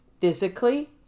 physically